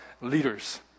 leaders